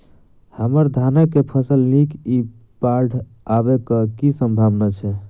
हम्मर धान केँ फसल नीक इ बाढ़ आबै कऽ की सम्भावना छै?